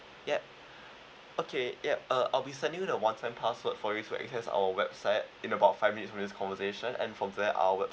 ya okay ya uh I'll be sending you the one time password for you to access our website in about five minutes with this conversation and from that our